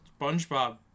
Spongebob